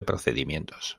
procedimientos